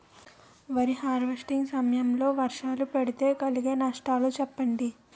వరి హార్వెస్టింగ్ సమయం లో వర్షాలు పడితే కలిగే నష్టాలు చెప్పండి?